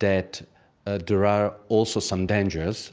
that ah there are also some dangers.